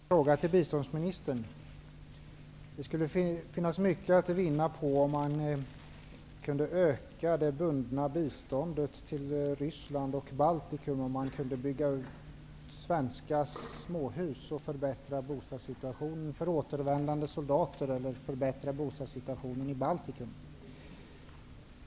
Fru talman! Jag vill ställa en fråga till biståndsministern. Det skulle finnas mycket att vinna på att öka det bundna biståndet till Ryssland och Baltikum till att omfatta byggande av svenska småhus, som skulle förbättra bostadssituationen för återvändande soldater eller för människor i Baltikum.